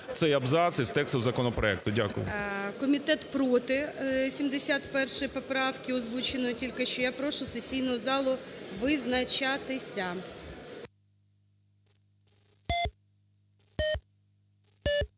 Комітет проти 71 поправки, озвученої тільки що. Я прошу сесійну залу визначатися.